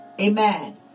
amen